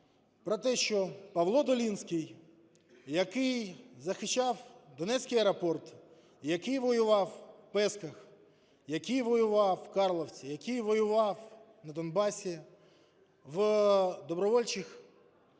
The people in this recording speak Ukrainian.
про те, що ПавлоДолинський, який захищав Донецький аеропорт, який воював в Пісках, який воював в Карловці, який воював на Донбасі в добровольчих батальйонах